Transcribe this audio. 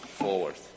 forward